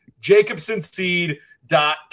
jacobsonseed.com